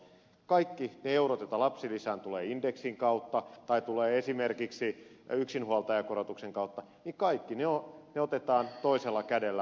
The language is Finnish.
kaikki ne eurot joita lapsilisään tulee indeksin kautta tai tulevat esimerkiksi yksinhuoltajakorotuksen kautta otetaan toisella kädellä pois